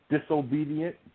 disobedient